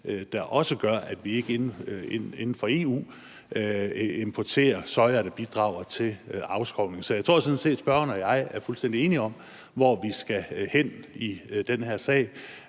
der gør, at vi ikke inden for EU importerer soja eller bidrager til afskovning. Så jeg tror sådan set, at spørgeren og jeg er fuldstændig enige om, hvor vi skal hen i den her sag.